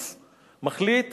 טיטוס מחליט